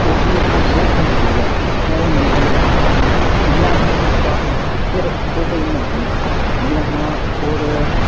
एह्बी इक्क बहुत गंदी चीज़ ऐ ओह् नेईं करना चाहिदा जेल्लै असें ओह् कीता फिर ओह् कोई मज़ा निं रेहा होर